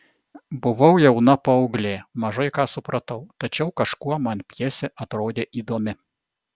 buvau jauna paauglė mažai ką supratau tačiau kažkuo man pjesė atrodė įdomi